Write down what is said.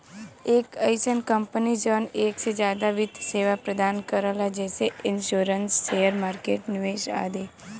एक अइसन कंपनी जौन एक से जादा वित्त सेवा प्रदान करला जैसे इन्शुरन्स शेयर मार्केट निवेश आदि